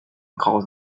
cause